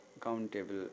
countable